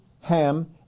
Ham